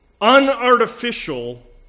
unartificial